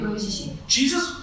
Jesus